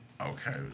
Okay